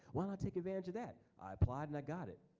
why not take advantage of that? i applied and i got it.